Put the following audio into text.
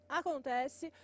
acontece